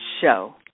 show